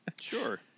Sure